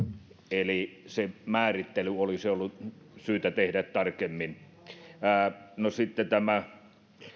eli se määrittely olisi ollut syytä tehdä tarkemmin sitten tämä